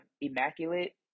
Immaculate